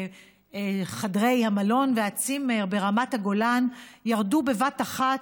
חדרי המלון והצימר ברמת הגולן ירדו בבת אחת,